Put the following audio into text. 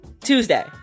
Tuesday